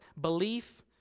Belief